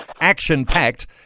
action-packed